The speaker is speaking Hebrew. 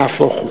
נהפוך הוא.